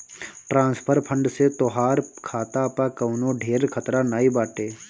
transfer fund से तोहार खाता पअ कवनो ढेर खतरा नाइ बाटे